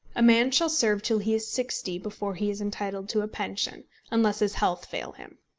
a man shall serve till he is sixty before he is entitled to a pension unless his health fail him.